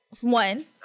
One